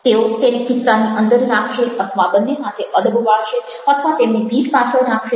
તેઓ તેને ખિસ્સાની અંદર રાખશે અથવા બંને હાથે અદબ વાળશે અથવા તેમની પીઠ પાછળ રાખશે